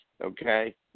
okay